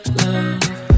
love